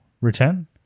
return